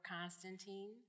Constantine